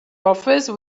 office